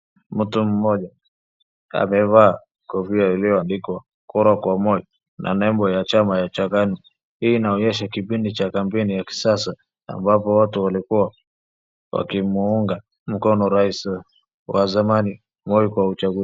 Mtu mmoja amevaa kofia iliyoandikwa kura kwa Moi na nembo ya chama cha Kanu. Hii inaonyesha kipindi cha kampeni ya kisasa ambapo watu walikuwa wakimuunga mkono rais wa zamani Moi kwa uchaguzi.